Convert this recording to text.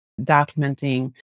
documenting